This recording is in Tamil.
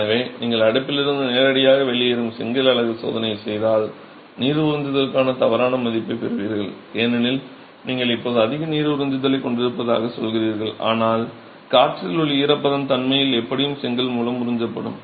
எனவே நீங்கள் அடுப்பிலிருந்து நேரடியாக வெளியேறும் செங்கல் அலகு சோதனை செய்தால் நீர் உறிஞ்சுதலுக்கான தவறான மதிப்பைப் பெறுவீர்கள் ஏனெனில் நீங்கள் இப்போது அதிக நீர் உறிஞ்சுதலைக் கொண்டிருப்பதாகச் சொல்கிறீர்கள் ஆனால் காற்றில் உள்ள ஈரப்பதம் உண்மையில் எப்படியும் செங்கல் மூலம் உறிஞ்சப்படும்